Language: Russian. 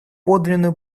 подлинную